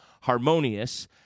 Harmonious